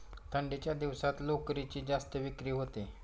थंडीच्या दिवसात लोकरीची जास्त विक्री होते